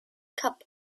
cup